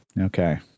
Okay